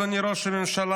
אדוני ראש הממשלה,